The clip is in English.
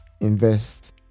invest